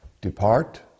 depart